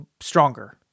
stronger